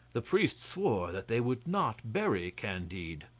the priest swore that they would not bury candide.